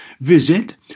Visit